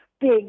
big